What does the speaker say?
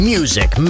Music